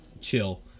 chill